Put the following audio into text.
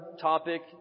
topic